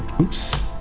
Oops